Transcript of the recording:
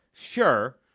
Sure